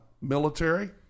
Military